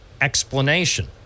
explanation